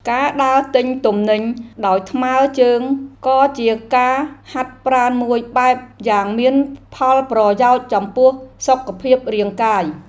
ការដើរទិញទំនិញដោយថ្មើរជើងក៏ជាការហាត់ប្រាណមួយបែបយ៉ាងមានផលប្រយោជន៍ចំពោះសុខភាពរាងកាយ។